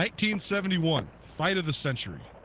teen seventy one side of the century,